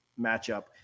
matchup